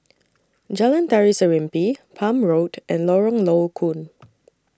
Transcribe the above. Jalan Tari Serimpi Palm Road and Lorong Low Koon